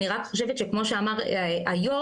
אני רק חושבת שכמו שאמר היו"ר,